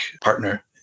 partner